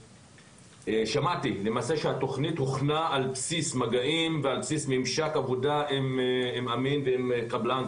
שמעתי שהתוכנית הוכנה על בסיס מגעים וממשק עבודה עם אמין ועם קבלן,